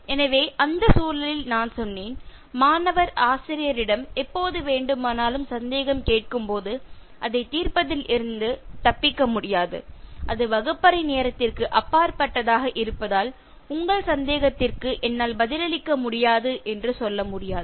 எனவே அந்தச் சூழலில் நான் சொன்னேன் மாணவர் ஆசிரியரிடம் எப்போது வேண்டுமானாலும் சந்தேகம் கேட்கும் போது அதைத் தீர்ப்பதில் இருந்து தப்பிக்க முடியாது அது வகுப்பறை நேரத்திற்கு அப்பாற்பட்டதாக இருப்பதால் உங்கள் சந்தேகத்திற்கு என்னால் பதிலளிக்க முடியாது என்று சொல்ல முடியாது